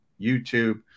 YouTube